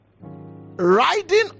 riding